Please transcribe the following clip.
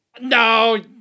No